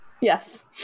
yes